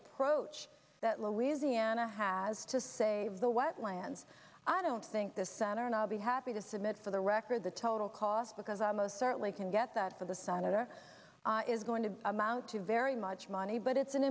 approach that louisiana has to save the wetlands i don't think the center and i'll be happy to submit for the record the total cost because i most certainly can get that for the senator is going to amount to very much money but it's an